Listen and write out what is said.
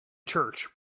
church